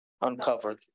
uncovered